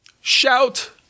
Shout